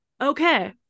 Okay